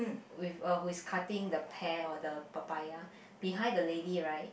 with uh who is cutting the pear or the papaya behind the lady right